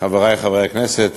חברי חברי הכנסת,